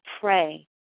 pray